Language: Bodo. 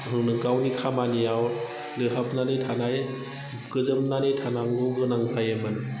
गावनि खामानियाव लोहाबनानै थानाय गोजोमनानै थानांगौ गोनां जायोमोन